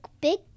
big